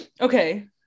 Okay